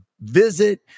visit